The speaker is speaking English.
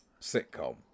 sitcom